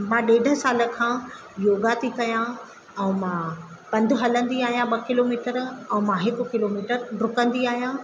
मां ॾेढ साल खां योगा थी कयां ऐं मां पंधु हलंदी आहियां ॿ किलोमीटर ऐं मां हिकु किलोमीटर ॾुकंदी आहियां